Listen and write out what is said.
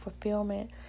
fulfillment